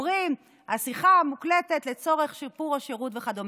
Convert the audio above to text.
אומרים: השיחה מוקלטת לצורך שיפור השירות וכדומה.